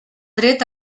dret